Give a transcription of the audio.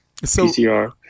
pcr